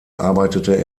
arbeitete